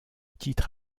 titre